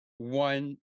One